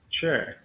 Sure